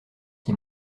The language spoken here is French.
qui